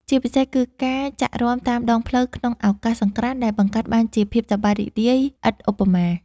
ជាពិសេសគឺការចាក់រាំតាមដងផ្លូវក្នុងឱកាសសង្ក្រាន្តដែលបង្កើតបានជាភាពសប្បាយរីករាយឥតឧបមា។